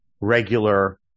regular